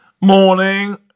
Morning